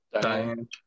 Diane